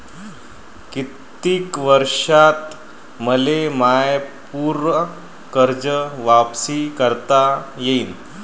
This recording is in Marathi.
कितीक वर्षात मले माय पूर कर्ज वापिस करता येईन?